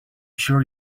sure